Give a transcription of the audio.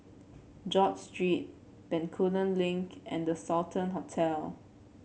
George Street Bencoolen Link and The Sultan Hotel